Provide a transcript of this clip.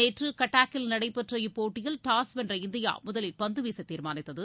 நேற்று கட்டாக்கில் நடைபெற்ற இப்போட்டியில் டாஸ் வென்ற இந்தியா முதலில் பந்து வீச தீர்மானித்தது